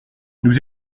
nous